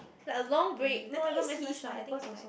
like a long break not even I think is like